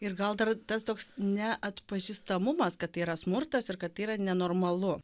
ir gal dar tas toks neatpažįstamumas kad tai yra smurtas ir kad tai yra nenormalu